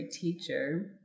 teacher